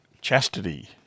chastity